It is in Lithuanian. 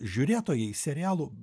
žiūrėtojai serialų